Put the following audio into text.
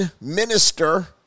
minister